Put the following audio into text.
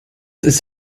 ist